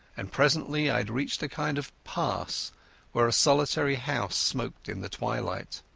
and presently i had reached a kind of pass where a solitary house smoked in the twilight.